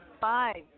five